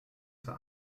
zur